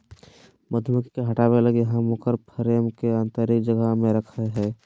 मधुमक्खी के हटाबय लगी हम उकर फ्रेम के आतंरिक जगह में रखैय हइ